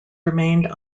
remained